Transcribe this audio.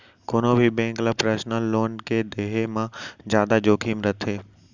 कोनो भी बेंक ल पर्सनल लोन के देहे म जादा जोखिम रथे